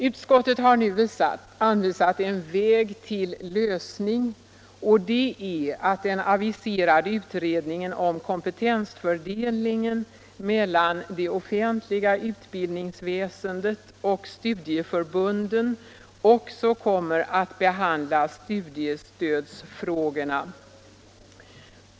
Utskottet har nu anvisat en väg till lösning, och det är att den aviserade utredningen om kompetensfördelningen mellan det offentliga utbildningsväsendet och studieförbunden också kommer att behandla studiestödsfrågorna.